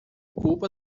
culpa